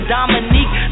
Dominique